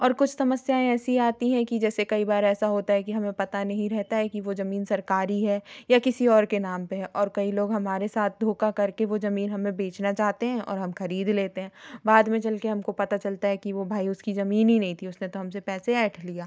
और कुछ समस्याएँ ऐसी आती हैं कि जैसे कई बार ऐसा होता है कि हमें पता नहीं रहता है कि वो जमीन सरकारी है या किसी और के नाम पे है और कई लोग हमारे साथ धोखा करके वो जमीन हमें बेचना चाहते हैं और हम खरीद लेते हैं बाद में चल के हमको पता चलता है कि वो भाई उसकी जमीन ही नहीं थी उसने तो हमसे पैसे ऐंठ लिया